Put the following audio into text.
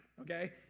okay